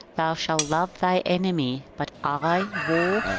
thou shalt love thy enemy but i, war,